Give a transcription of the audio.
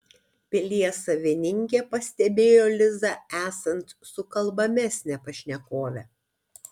pilies savininkė pastebėjo lizą esant sukalbamesnę pašnekovę